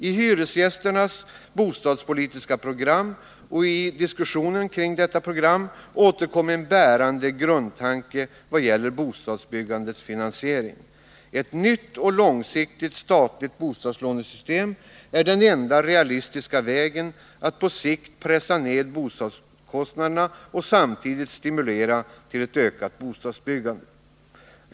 I hyresgästernas bostadspolitiska program och i diskussionen kring detta återkommer en bärande grundtanke vad gäller bostadsbyggandets finansiering: ett nytt och långsiktigt statligt bostadslånesystem är den enda realistiska vägen att på sikt pressa ned boendekostnaderna och samtidigt stimulera till ett ökat bostadsbyggande.